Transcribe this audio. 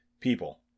people